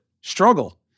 Struggle